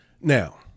Now